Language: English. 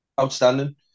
Outstanding